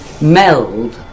meld